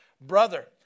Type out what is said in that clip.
brother